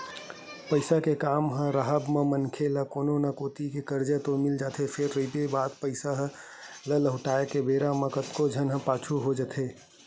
पइसा के काम राहब म मनखे ल कोनो न कोती ले करजा तो मिल ही जाथे फेर रहिगे बात पइसा ल लहुटाय के बेरा म कतको झन पाछू हो जाथे